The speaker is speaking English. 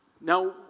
Now